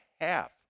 half